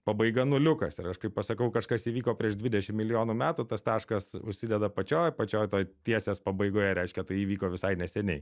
pabaiga nuliukas ir aš kaip pasakau kažkas įvyko prieš dvidešim milijonų metų tas taškas užsideda pačioj pačioj tiesės pabaigoje reiškia tai įvyko visai neseniai